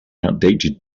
outdated